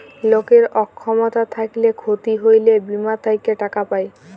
লকের অক্ষমতা থ্যাইকলে ক্ষতি হ্যইলে বীমা থ্যাইকে টাকা পায়